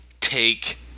take